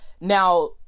Now